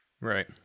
right